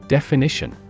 Definition